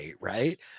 right